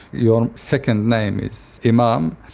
your second name is imam,